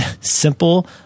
simple